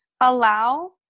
allow